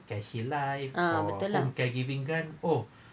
ah betul lah